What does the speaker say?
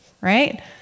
right